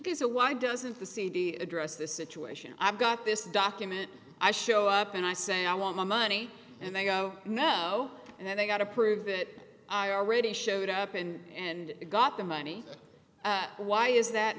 so why doesn't the cd address this situation i've got this document i show up and i say i want my money and they go no and then they got to prove it i already showed up and got the money that why is that